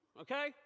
okay